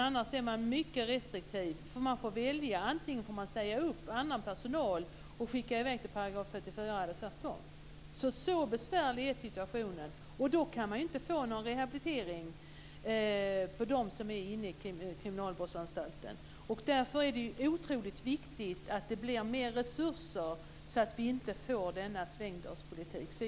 Annars är man mycket restriktiv. Man får välja att antingen säga upp personal eller skicka i väg den intagne på en § 34-vistelse, eller tvärtom. Så besvärlig är situationen, och då kan de som är intagna på kriminalvårdsanstalterna inte få någon rehabilitering. Därför är det otroligt viktigt att det blir mer resurser så att det inte blir denna svängdörrspolitik.